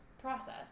process